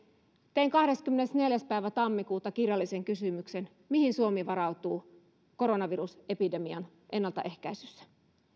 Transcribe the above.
tein kahdeskymmenesneljäs päivä tammikuuta kirjallisen kysymyksen mihin suomi varautuu koronavirusepidemian ennaltaehkäisyssä